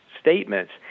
statements